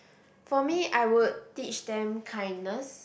for me I would teach them kindness